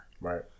Right